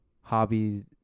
hobbies